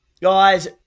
Guys